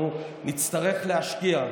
אנחנו נצטרך להשקיע.